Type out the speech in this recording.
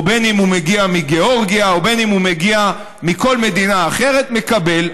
בין שהוא מגיע מגאורגיה ובין שהוא מגיע מכל מדינה אחרת מקבל.